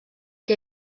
que